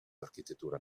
architettura